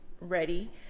ready